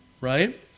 right